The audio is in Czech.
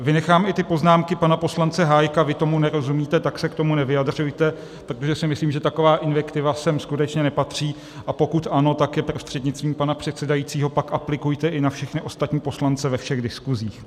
Vynechám i ty poznámky poslance Hájka vy tomu nerozumíte, tak se k tomu nevyjadřujte protože si myslím, že taková invektiva sem skutečně nepatří, a pokud ano, tak je prostřednictvím pana předsedajícího pak aplikujte i na všechny ostatní poslance ve všech diskusích.